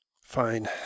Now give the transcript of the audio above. fine